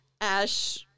Ash